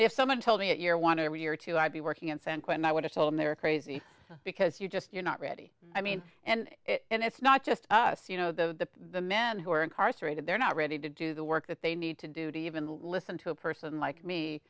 if someone told me that your want every year to i'd be working in san quentin i would have told they're crazy because you just you're not ready i mean and and it's not just us you know the men who are incarcerated they're not ready to do the work that they need to do to even listen to a person like me